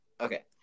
Okay